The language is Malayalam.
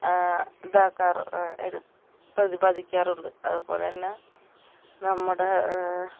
ഇതാക്കാറുണ്ട് പ്രതിപാതിക്കാറുണ്ട് അത്പോലെ തന്നെ ലെ നമ്മുടെ